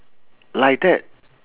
like that